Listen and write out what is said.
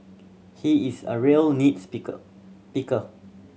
he is a real nit speaker picker